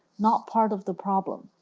not part of the problem.